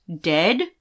dead